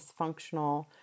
dysfunctional